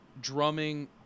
drumming